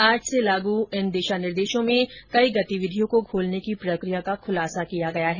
आज से लागू इन दिशा निर्देशों में अनेक गतिविधियों को खोलने की प्रक्रिया का खुलासा किया गया है